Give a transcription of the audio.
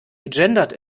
gegendert